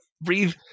breathe